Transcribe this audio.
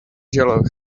jello